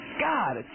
God